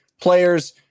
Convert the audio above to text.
players